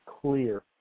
clear